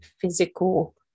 physical